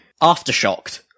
Aftershocked